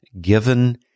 given